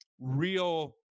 real